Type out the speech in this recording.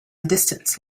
distance